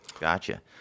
gotcha